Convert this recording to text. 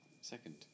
Second